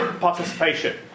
participation